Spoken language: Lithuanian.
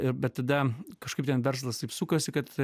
ir bet tada kažkaip ten verslas taip sukosi kad